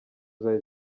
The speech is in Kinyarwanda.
zawe